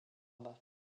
mâts